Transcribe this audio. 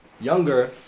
younger